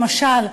למשל,